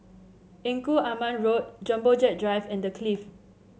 Engku Aman Road Jumbo Jet Drive and The Clift